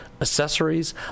accessories